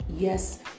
Yes